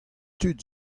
tud